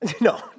No